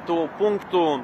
tų punktų